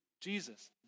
Jesus